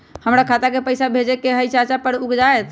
हमरा खाता के पईसा भेजेए के हई चाचा पर ऊ जाएत?